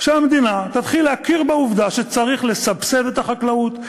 שהמדינה תתחיל להכיר בעובדה שצריך לסבסד את החקלאות,